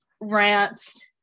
rants